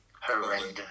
Horrendous